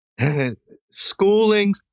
schoolings